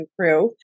crew